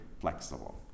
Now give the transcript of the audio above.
flexible